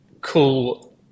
cool